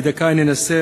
בדקה אני אנסח,